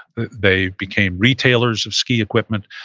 they became retailers of ski equipment,